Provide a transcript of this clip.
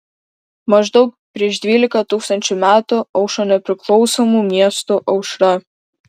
maždaug prieš dvylika tūkstančių metų aušo nepriklausomų miestų aušra